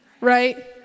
right